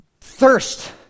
thirst